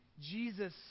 Jesus